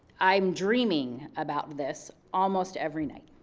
i'm dreaming about this almost every night.